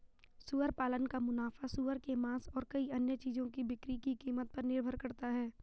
सुअर पालन का मुनाफा सूअर के मांस और कई अन्य चीजों की बिक्री की कीमत पर निर्भर करता है